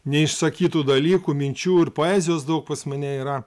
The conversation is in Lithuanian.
neišsakytų dalykų minčių ir poezijos daug pas mane yra